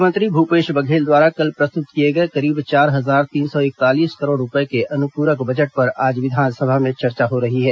मुख्यमंत्री भूपेश बघेल द्वारा कल प्रस्तुत किए गए करीब चार हजार तीन सौ इकतालीस करोड़ रूपये के अनुपूरक बजट पर आज विधानसभा में चर्चा हो रही है